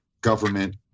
government